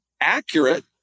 accurate